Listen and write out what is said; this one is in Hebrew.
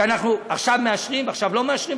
שאנחנו עכשיו מאשרים ועכשיו לא מאשרים,